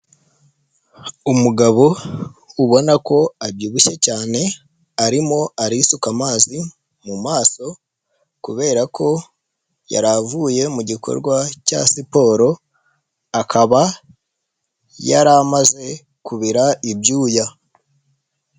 Umugabo ubona ko abyibushye cyane arimo arisuka amazi mu maso kubera ko yari avuye mu gikorwa cya siporo akaba yaramaze kubira ibyuya.